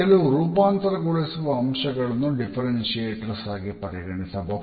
ಕೆಲವು ರೂಪಾಂತರಗೊಳಿಸುವ ಅಂಶಗಳಅನ್ನು ಡಿಫ್ಫೆರೆಂಟರ್ಸ್ ಆಗಿ ಪರಿಗಣಿಸಬಹುದು